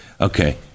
Okay